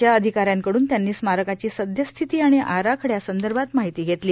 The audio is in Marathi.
च्या अधिकाऱ्यांकडून त्यांनी स्मारकाची सद्यस्थिती आणि आराखड्यासंदर्भात माहिती घेतली